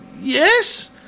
yes